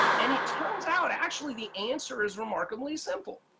and it turns out actually the answer is remarkably simple.